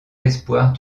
espoir